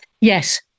Yes